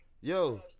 Yo